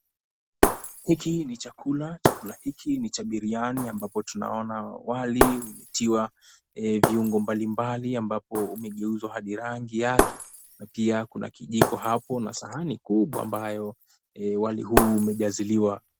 Hiki ni chakula, chakula hiki ni cha biriani ambapo tunaona wali umetiwa viungo mbalimbali ambapo umegeuzwa hadi rangi yake na pia kuna kijiko hapo na sahani kubwa ambayo wali huu umejaziliwa.